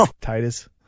Titus